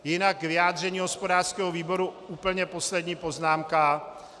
Jinak vyjádření hospodářského výboru úplně poslední poznámka.